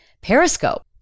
periscope